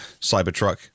Cybertruck